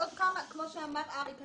כמו שאמר אריק,